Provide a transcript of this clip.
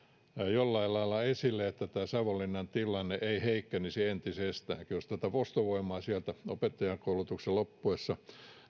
jollain lailla esille että tämä savonlinnan tilanne ei heikkenisi entisestään jos tämä ostovoima sieltä opettajankoulutuksen loppuessa